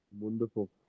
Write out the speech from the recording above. wonderful